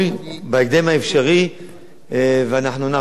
אנחנו נעקוב ונראה כיצד הדברים מתפתחים.